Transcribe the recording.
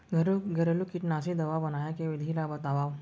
घरेलू कीटनाशी दवा बनाए के विधि ला बतावव?